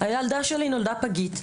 הילדה שלי נולדה פגית,